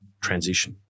transition